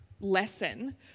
lesson